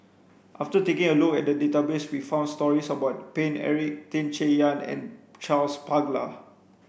after taking a look at database we found stories about Paine Eric Tan Chay Yan and Charles Paglar